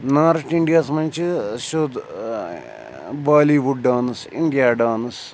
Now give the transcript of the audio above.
north اِنٛڈیاہَس منٛز چھِ سیوٚد Bollywood dance India dance